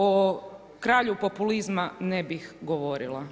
O kralju populizma ne bih govorila.